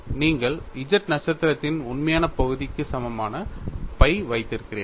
நீங்கள் z நட்சத்திரத்தின் உண்மையான பகுதிக்கு சமமான phi வைத்திருக்கிறீர்கள்